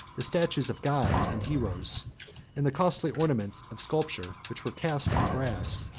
the statues of gods and heroes, and the costly ornaments of sculpture which were cast in brass,